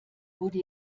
wurde